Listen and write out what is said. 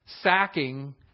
sacking